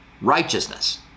righteousness